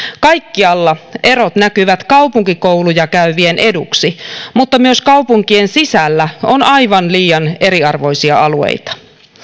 kaikkialla erot näkyvät kaupunkikouluja käyvien eduksi mutta myös kaupunkien sisällä on aivan liian eriarvoisia alueita